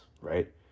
right